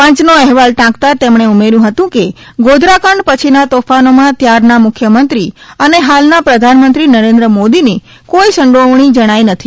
પંચનો અહેવાલ ટાંકતા તેમણે ઉમેર્યું હતું કે ગોધરા કાંડ પછી ના તોફાનોમાં ત્યારના મુખ્યમંત્રી અને હાલના પ્રધાનમંત્રી નરેન્દ્ર મોદીની કોઇ સંડોવણી જણાઈ નથી